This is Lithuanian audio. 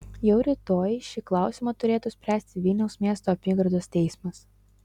jau rytoj šį klausimą turėtų spręsti vilniaus miesto apygardos teismas